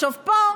פה,